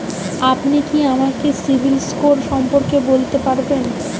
আপনি কি আমাকে সিবিল স্কোর সম্পর্কে বলবেন?